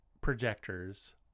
projectors